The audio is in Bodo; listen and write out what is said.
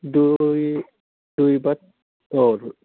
दुइ बा फास